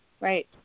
right